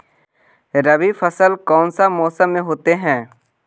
रवि फसल कौन सा मौसम में होते हैं?